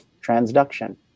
transduction